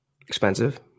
Expensive